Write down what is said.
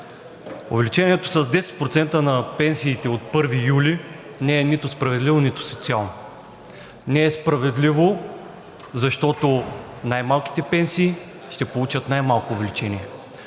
Увеличението с 10% на пенсиите от 1 юли не е нито справедливо, нито социално. Не е справедливо, защото най-малките пенсии ще получат най-малко увеличение,